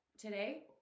today